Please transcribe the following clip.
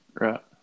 Right